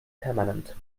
permanent